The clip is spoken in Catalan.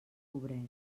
pobret